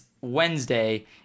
Wednesday